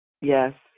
Yes